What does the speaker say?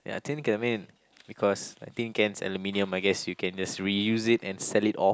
ya tin can I mean because I think can is aluminium I guess you can just reuse it and sell it off